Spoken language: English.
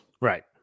Right